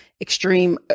extreme